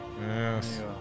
Yes